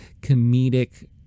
comedic